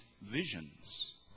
visions